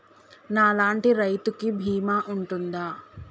నా లాంటి రైతు కి బీమా ఉంటుందా?